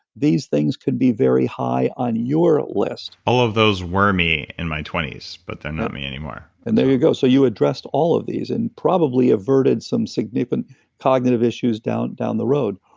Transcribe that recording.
these things could be very high on your list all of those were me in my twenty s, but they're not me any more and there you go. so you addressed all of these, and probably averted some significant cognizant issues down down the road.